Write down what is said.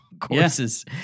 courses